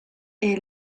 est